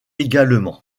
également